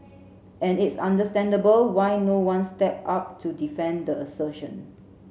and it's understandable why no one step up to defend the assertion